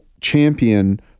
champion